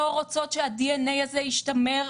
והן לא רוצות שהדנ"א הזה ישתמר